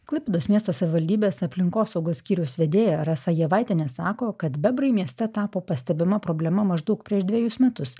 klaipėdos miesto savivaldybės aplinkosaugos skyriaus vedėja rasa jievaitienė sako kad bebrai mieste tapo pastebima problema maždaug prieš dvejus metus